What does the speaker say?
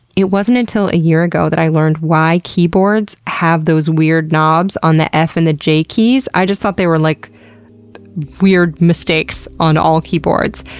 it wasn't until a year ago that i learned why keyboards have those weird knobs on the f and the j keys, i just thought they were, like weird mistakes on all keyboards.